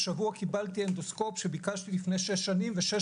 השבוע קיבלתי אנדוסקופ שביקשתי לפני שש שנים ושש